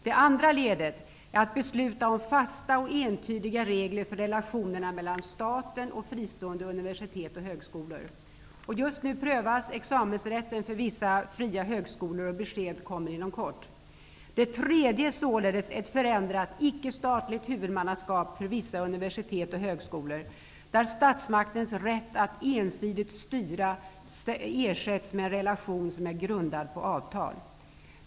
Det andra ledet är att besluta om fasta och entydiga regler för relationerna mellan staten och fristående universitet och högskolor. Examensrätten för vissa fria högskolor prövas just nu, och besked kommer inom kort. Det tredje är således ett förändrat, ickestatligt, huvudmannaskap för vissa universitet och högskolor där statsmaktens rätt att ensidigt styra ersätts med en relation grundad på avtal.